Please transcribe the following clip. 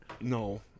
No